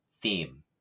theme